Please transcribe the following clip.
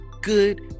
good